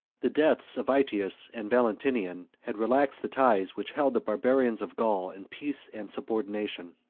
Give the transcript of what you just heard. the deaths of aetius and valentinian had relaxed the ties which held the barbarians of gaul in peace and subordination.